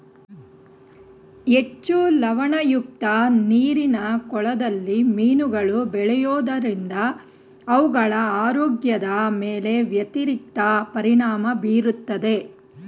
ಹೆಚ್ಚು ಲವಣಯುಕ್ತ ನೀರಿನ ಕೊಳದಲ್ಲಿ ಮೀನುಗಳು ಬೆಳೆಯೋದರಿಂದ ಅವುಗಳ ಆರೋಗ್ಯದ ಮೇಲೆ ವ್ಯತಿರಿಕ್ತ ಪರಿಣಾಮ ಬೀರುತ್ತದೆ